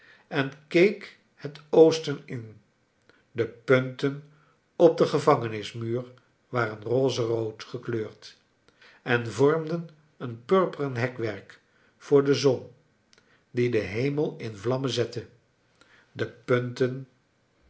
en keek het oosten in de punten op den gevangenismuur waren rozerood gekleurd en vormden een purperen hekwerk voor de zon die den hemel in vlammen zette de punten